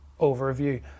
overview